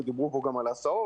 ודיברו פה גם על ההסעות,